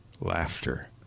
Laughter